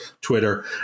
Twitter